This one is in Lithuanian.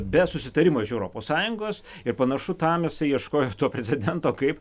be susitarimo iš europos sąjungos ir panašu tam jisai ieškojo to precedento kaip